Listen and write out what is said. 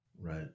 Right